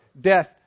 death